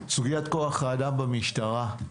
סוגיית כוח האדם במשטרה,